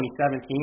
2017